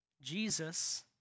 Jesus